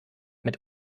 mit